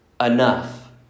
enough